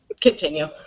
continue